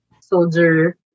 soldier